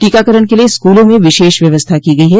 टीकाकरण के लिए स्कूलों में विशेष व्यवस्था की गयी है